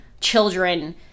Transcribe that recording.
children—